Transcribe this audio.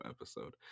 episode